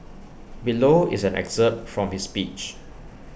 below is an excerpt from his speech